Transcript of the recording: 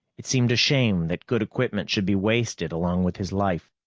it seemed a shame that good equipment should be wasted along with his life.